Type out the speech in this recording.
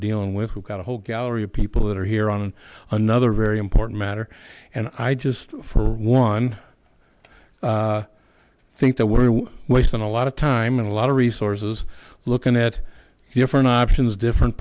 dealing with we've got a whole gallery of people that are here on another very important matter and i just for one think that we're wasting a lot of time and a lot of resources looking at different options different